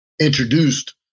introduced